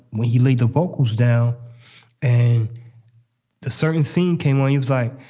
when he laid the vocals down and the certain scene came when he was like